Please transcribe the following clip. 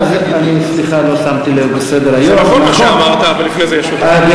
מה שאמרת, אבל לפני זה יש הודעה.